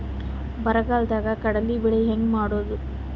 ಈ ಬರಗಾಲದಾಗ ಕಡಲಿ ಬೆಳಿ ಹೆಂಗ ಮಾಡೊದು?